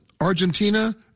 Argentina